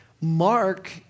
Mark